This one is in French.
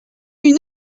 une